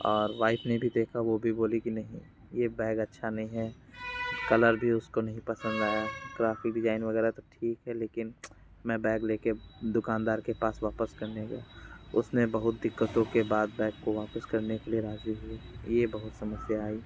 और वाइफ ने भी देखा वह भी बोली कि नहीं यह बैग अच्छा नहीं है कलर भी उसको नहीं पसंद आया ग्राफिक डीज़ाइन वगैरह तो ठीक है लेकिन मैं बैग लेकर दुकानदार के पास वापस करने गया उसने बहुत दिक्कतों के बाद बैग को वापस करने के लिए राजी हुए यह बहुत समस्या आई